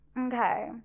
okay